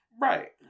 Right